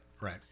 right